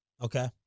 Okay